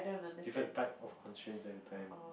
different types of constraints every time